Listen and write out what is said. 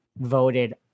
voted